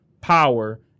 power